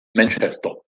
manchester